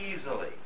easily